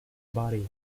body